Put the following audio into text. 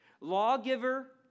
Lawgiver